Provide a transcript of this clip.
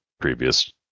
previous